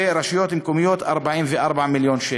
ורשויות מקומיות, 44 מיליון שקל.